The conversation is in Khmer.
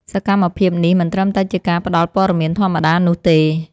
សកម្មភាពនេះមិនត្រឹមតែជាការផ្ដល់ព័ត៌មានធម្មតានោះទេ។